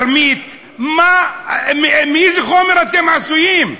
אני אקרא תרמית מאיזה חומר אתם עשויים?